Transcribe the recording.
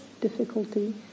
difficulty